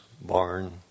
barn